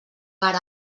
per